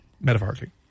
metaphorically